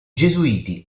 gesuiti